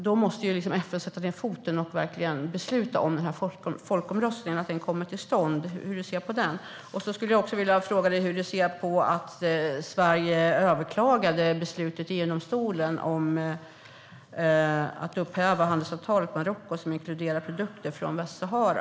Då måste FN sätta ned foten och verkligen besluta om folkomröstningen så att den kommer till stånd. Hur ser du på det? Jag skulle också vilja fråga dig hur du ser på att Sverige överklagade beslutet i EU-domstolen om att upphäva handelsavtalet med Marocko som inkluderar produkter från Västsahara.